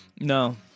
No